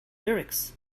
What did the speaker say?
lyrics